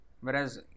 Whereas